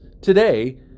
Today